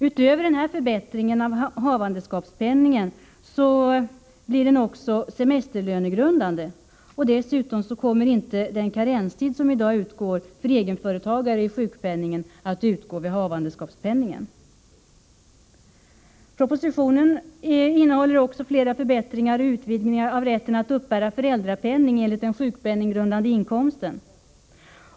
Utöver den här förbättringen av havandeskapspenningen blir havandeskapspenningen också semesterlönegrundande. Dessutom kommer inte den karenstid för sjukpenningen som i dag tillämpas för egenföretagare att tillämpas för dem som får havandeskapspenning. Propositionen innehåller också flera förbättringar och utvidgningar av rätten att uppbära föräldrapenning enligt den sjukpenninggrundande inkomsten.